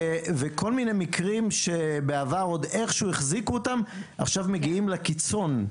כל מיני מקרים שבעבר עוד איכשהו החזיקו אותם עכשיו מגיעים לקיצון.